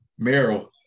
Meryl